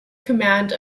command